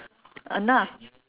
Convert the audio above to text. !hanna!